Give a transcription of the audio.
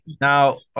now